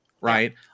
right